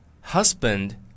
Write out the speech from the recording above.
husband